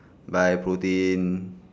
buy protein